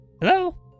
Hello